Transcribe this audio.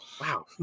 Wow